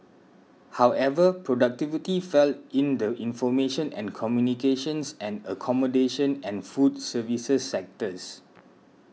however productivity fell in the information and communications and accommodation and food services sectors